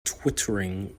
twittering